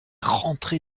rentré